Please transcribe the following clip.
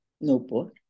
notebook